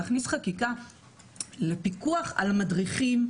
להכניס חקיקה לפיקוח על מדריכים,